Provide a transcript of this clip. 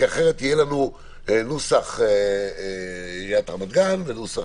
כי אחרת יהיה לנו נוסח עיריית רמת גן ונוסח